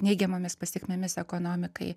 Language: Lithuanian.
neigiamomis pasekmėmis ekonomikai